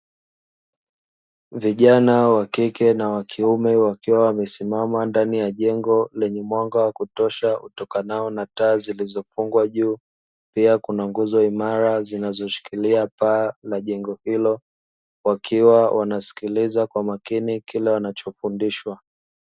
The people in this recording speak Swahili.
Vijana wa kike na wa kiume, wakiwa wamesimama ndani ya jengo lenye mwanga wa kutosha, utokanao na taa zilizofungwa juu. Pia kuna nguzo imara zinazoshikilia paa la jengo hilo, wakiwa wanasikiliza kwa makini kile wanachofundishwa.